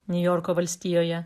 niujorko valstijoje